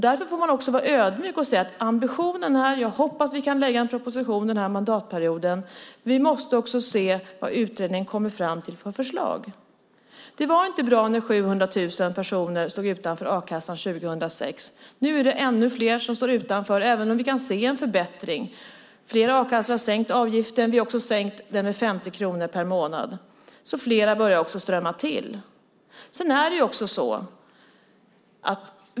Därför vill jag också vara ödmjuk och säga att jag hoppas att vi kan lägga fram en proposition under den här mandatperioden, men vi måste också se vilka förslag utredningen kommer fram till. Det var inte bra när 700 000 personer stod utanför a-kassan 2006. Nu är det ännu fler som står utanför även om vi kan se en förbättring. Flera a-kassor har sänkt avgiften. Vi har också sänkt den med 50 kronor per månad. Flera börjar också strömma till.